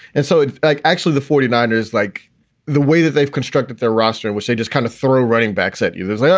and so it's like actually the forty niners like the way that they've constructed their roster, which they just kind of throw running backs at you. well, so yeah